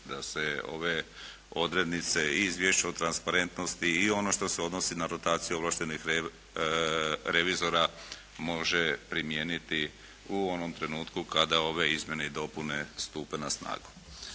Da se ove odrednice i izvješće o transparentnosti i ono što se odnosi na rotaciju ovlaštenih revizora može primijeniti u onom trenutku kada ove izmjene i dopune stupe na snagu.